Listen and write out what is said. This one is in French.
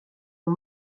ont